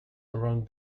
around